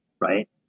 right